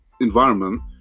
environment